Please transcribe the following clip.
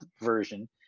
version